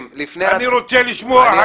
אני רוצה לשמוע הצהרה רשמית.